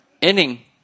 inning